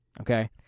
Okay